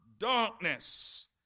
Darkness